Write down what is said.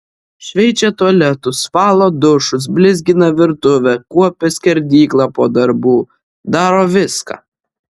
šveičia tualetus valo dušus blizgina virtuvę kuopia skerdyklą po darbų daro viską